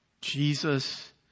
Jesus